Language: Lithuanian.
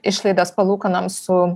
išlaidas palūkanoms su